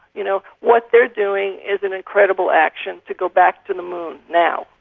you know what they are doing is an incredible action, to go back to the moon now,